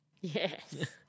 Yes